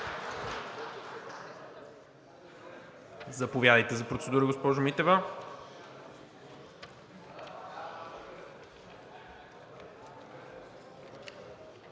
Заповядайте за процедура, госпожо Митева.